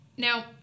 Now